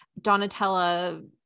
donatella